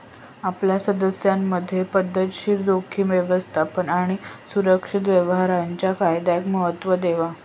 आपल्या सदस्यांमधे पध्दतशीर जोखीम व्यवस्थापन आणि सुरक्षित व्यवहाराच्या फायद्यांका महत्त्व देवा